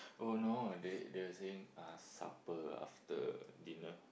oh no they they were saying uh supper after dinner